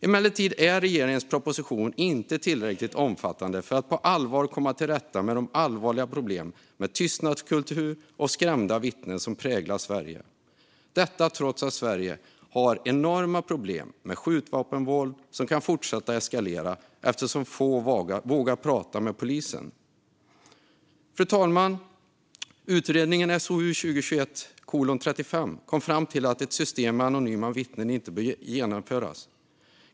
Emellertid är regeringens proposition inte tillräckligt omfattande för att på allvar komma till rätta med de allvarliga problem med tystnadskultur och skrämda vittnen som präglar Sverige, detta trots att Sverige har enorma problem med skjutvapenvåld som kan fortsätta att eskalera eftersom få vågar prata med polisen. Fru talman! Utredningen SOU2021:35 kom fram till att ett system med anonyma vittnen inte bör införas.